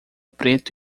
preto